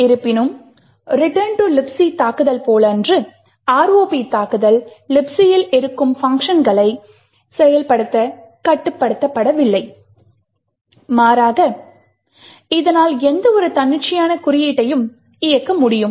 இருப்பினும் Return to Libc தாக்குதல் போலன்றி ROP தாக்குதல் libc இல் இருக்கும் பங்க்ஷன்களைச் செயல்படுத்த கட்டுப்படுத்தப்படவில்லை மாறாக இதனால் எந்தவொரு தன்னிச்சையான குறியீட்டையும் இயக்க முடியும்